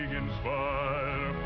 inspire